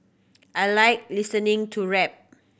I like listening to rap